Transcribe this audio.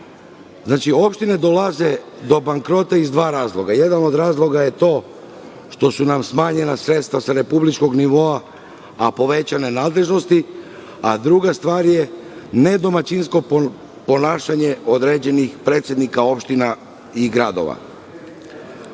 Surdulica. Opštine dolaze do bankrota iz dva razloga. Jedan od razloga je to što su nam smanjena sredstva sa republičkog nivoa, a povećane nadležnosti, a druga stvar je ne domaćinsko ponašanje određenih predsednika opština i gradova. Kada